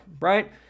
right